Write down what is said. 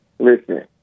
Listen